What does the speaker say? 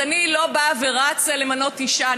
אז אני לא רצה למנות אישה,